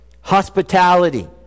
hospitality